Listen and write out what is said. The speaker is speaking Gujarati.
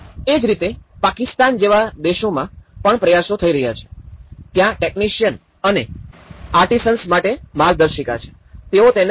એ જ રીતે પાકિસ્તાન જેવા દેશોમાં પણ પ્રયાસો થઈ રહ્યા છે ત્યાં ટેકનિશિયન અને આર્ટિસનસ માટે માર્ગદર્શિકા છે તેઓ તેને આર્ટિસનસ કહે છે